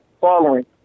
following